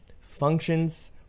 functions